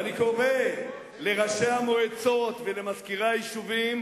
ואני קורא לראשי המועצות ולמזכירי היישובים